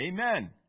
Amen